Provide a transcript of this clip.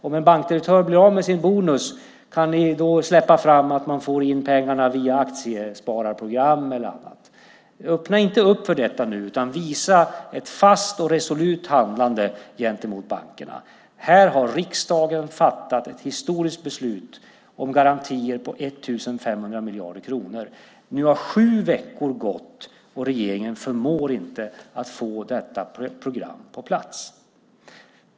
Om en bankdirektör blir av med sin bonus, kan ni då släppa fram att man får in pengarna via aktiesparprogram eller annat? Öppna inte för detta nu! Visa ett fast och resolut handlande gentemot bankerna! Riksdagen har fattat ett historiskt beslut om garantier på 1 500 miljarder kronor. Nu har sju veckor gått, och regeringen förmår inte att få detta program på plats.